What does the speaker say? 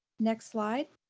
next slide.